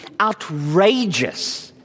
Outrageous